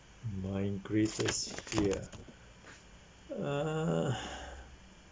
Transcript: my greatest fear uh